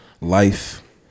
life